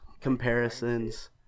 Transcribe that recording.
comparisons